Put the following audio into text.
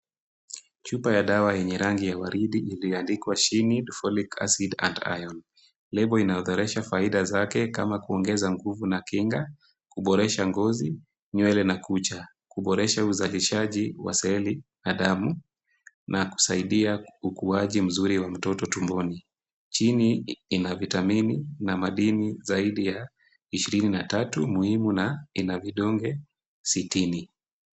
Chupa ya dawa yenye rangi ya waridi iliyoandikwa Sheneed Folic Acid and Iron. Label inaodhoresha faida zake kama kuongeza nguvu na kinga, kuboresha ngozi, nywele na kucha, kuboresha uzalishaji wa seli na damu na kusaidia ukuaji mzuri wa mtoto tumboni. Chini ina vitamini na madini zaidi ya ishirini na tatu muhimu na ina vidonge sitini.